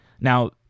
Now